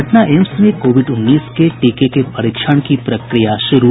Patna AIIMS में कोविड उन्नीस के टीके के परीक्षण की प्रक्रिया शुरू